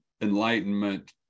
enlightenment